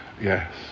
Yes